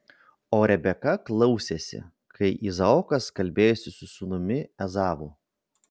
o rebeka klausėsi kai izaokas kalbėjosi su sūnumi ezavu